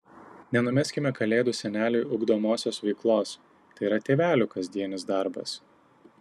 nenumeskime kalėdų seneliui ugdomosios veiklos tai yra tėvelių kasdienis darbas